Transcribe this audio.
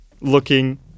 looking